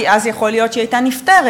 כי אז יכול להיות שהיא הייתה נפתרת.